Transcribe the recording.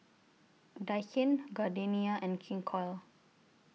Daikin Gardenia and King Koil